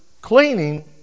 cleaning